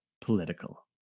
political